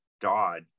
dodd